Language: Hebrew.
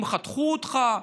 אם חתכו אותך,